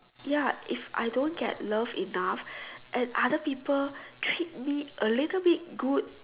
ya if I don't get love enough and other people treat me a little bit good